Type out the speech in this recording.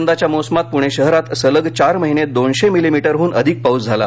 यंदाच्या मोसमात पुणे शहरात सलग चार महिने दोनशे मिलीमीटर हून अधिक पाऊस झाला